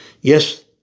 Yes